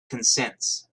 consents